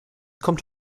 kommt